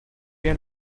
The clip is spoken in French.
bien